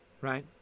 right